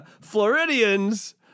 Floridians